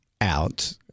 out